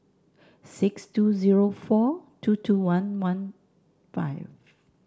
six two zero four two two one one five